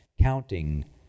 counting